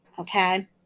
Okay